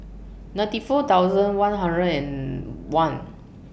ninety four thousand one hundred and one